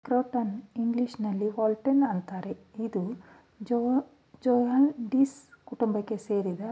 ಅಖ್ರೋಟ್ನ ಇಂಗ್ಲೀಷಿನಲ್ಲಿ ವಾಲ್ನಟ್ ಅಂತಾರೆ ಇದು ಜ್ಯೂಗ್ಲಂಡೇಸೀ ಕುಟುಂಬಕ್ಕೆ ಸೇರಿದ